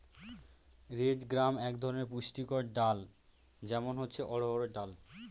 red gram এক ধরনের পুষ্টিকর ডাল, যেমন হচ্ছে অড়হর ডাল